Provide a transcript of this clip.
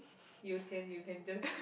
有钱 you can just